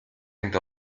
hängt